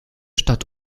stadt